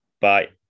bye